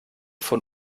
von